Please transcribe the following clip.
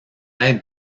être